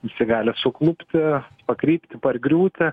jisai gali suklupti pakrypti pargriūti